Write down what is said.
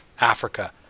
Africa